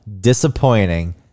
disappointing